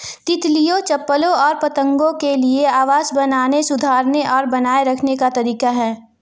तितलियों, चप्पलों और पतंगों के लिए आवास बनाने, सुधारने और बनाए रखने का तरीका है